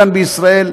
כאן בישראל,